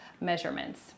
measurements